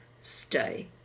Stay